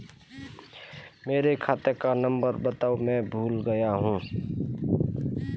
मेरे खाते का नंबर बताओ मैं भूल गया हूं